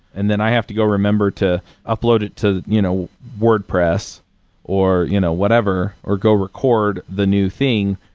and then i have to go remember to upload it to you know wordpress or you know whatever or go record the new thing.